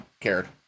cared